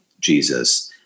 Jesus